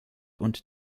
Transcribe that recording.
und